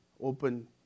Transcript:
open